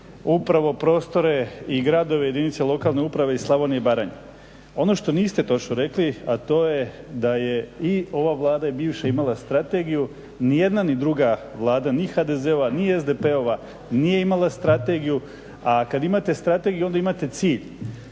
upravo prostore i gradove jedinica lokalne uprave iz Slavonije i Baranje. Ono što niste točno rekli, a to je da je i ova Vlada bivša imala strategiju, ni jedna ni druga Vlada, ni HDZ-ova ni SDP-ova nije imala strategiju, a kada imate strategiju, onda imate cilj.